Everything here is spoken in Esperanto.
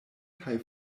kaj